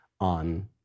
on